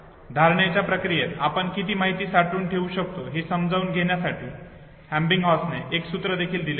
धारणेच्या प्रक्रियेत आपण किती माहिती साठवून ठेवू शकतो हे समजून घेण्यासाठी एबिंगहॉस ने एक सूत्र देखील दिले आहे